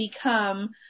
become